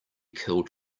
killed